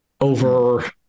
over